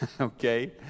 okay